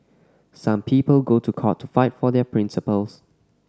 some people go to court to fight for their principles